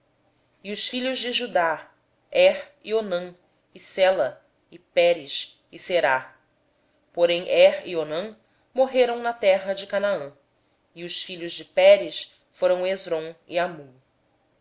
e os filhos de judá er onã selá pérez e zerá er e onã porém morreram na terra de canaã e os filhos de pérez foram hezrom e hamul